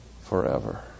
forever